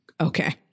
okay